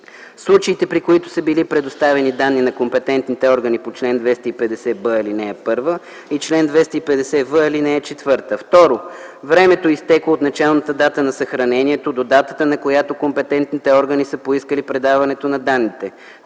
случаите, при които са били предоставени данни на компетентните органи по чл. 250б, ал. 1 и чл. 250в, ал. 4; 2. времето, изтекло от началната дата на съхранението до датата, на която компетентните органи са поискали предаването на данните;